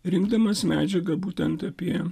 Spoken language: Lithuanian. rinkdamas medžiagą būtent apie